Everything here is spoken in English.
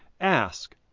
ask